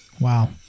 wow